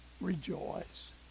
Rejoice